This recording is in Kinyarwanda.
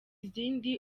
izindi